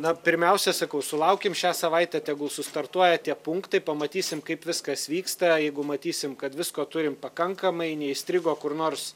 na pirmiausia sakau sulaukim šią savaitę tegul sustartuoja tie punktai pamatysim kaip viskas vyksta jeigu matysim kad visko turim pakankamai neįstrigo kur nors